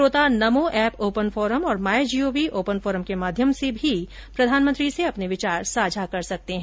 श्रोता Namo app open forum और my GOV open forum के माध्यम से भी प्रधानमंत्री से विचार साझा कर सकते हैं